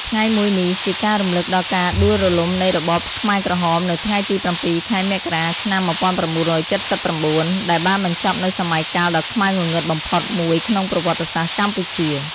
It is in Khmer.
ថ្ងៃមួយនេះជាការរំលឹកដល់ការដួលរលំនៃរបបខ្មែរក្រហម នៅថ្ងៃទី៧ ខែមករា ឆ្នាំ១៩៧៩ ដែលបានបញ្ចប់នូវសម័យកាលដ៏ខ្មៅងងឹតបំផុតមួយក្នុងប្រវត្តិសាស្ត្រកម្ពុជា។